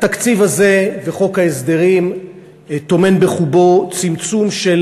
התקציב הזה וחוק ההסדרים טומנים בחובם צמצום של